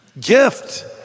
Gift